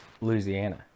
Louisiana